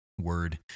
word